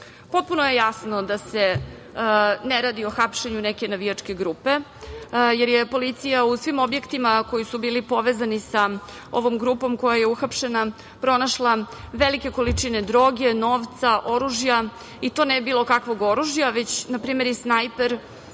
slučaj. Potpuno je jasno da se ne radi o hapšenju neke navijačke grupe, jer je policija u svim objektima koji su bili povezani sa ovom grupom koja je uhapšena, pronašla velike količine droge, novca, oružja, i to ne bilo kakvog oružja, već na primer i snajper,